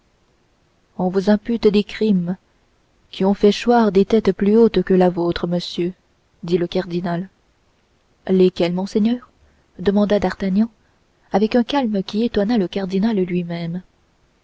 on vous impute des crimes qui ont fait choir des têtes plus hautes que la vôtre monsieur dit le cardinal lesquels monseigneur demanda d'artagnan avec un calme qui étonna le cardinal lui-même